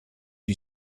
you